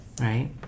Right